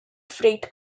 freight